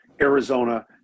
Arizona